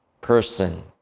person